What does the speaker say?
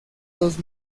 dos